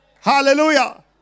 Hallelujah